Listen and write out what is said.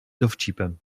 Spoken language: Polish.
dowcipem